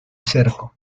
cerco